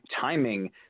timing